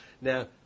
Now